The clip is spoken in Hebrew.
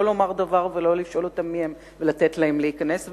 לא לומר דבר ולא לשאול אותם מיהם ולתת להם להיכנס,